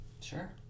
Sure